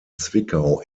zwickau